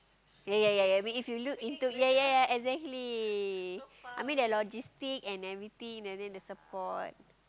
ya ya ya I mean if you look into ya ya ya exactly I mean their logistic and everything and then the support